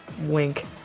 wink